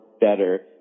better